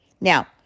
Now